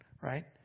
right